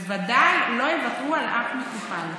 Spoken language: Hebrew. בוודאי לא יוותרו על אף מטופל.